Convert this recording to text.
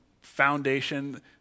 foundation